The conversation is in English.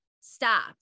stop